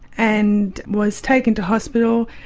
and was taken to hospital,